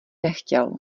nechtěl